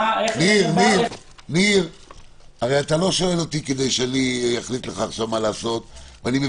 אני לא אוהב את זה,